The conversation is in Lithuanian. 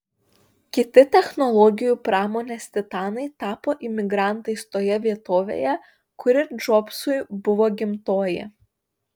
kiti technologijų pramonės titanai tapo imigrantais toje vietovėje kuri džobsui buvo gimtoji